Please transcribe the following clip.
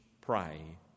pray